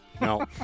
No